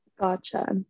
Gotcha